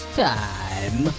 time